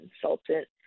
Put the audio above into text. consultant